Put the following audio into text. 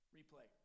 Replay